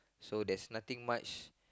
so there's nothing much